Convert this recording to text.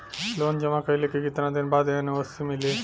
Loan जमा कइले के कितना दिन बाद एन.ओ.सी मिली?